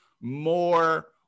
more